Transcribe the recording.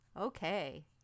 Okay